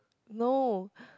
no